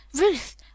Ruth